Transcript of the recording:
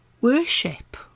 worship